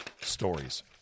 stories